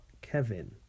Kevin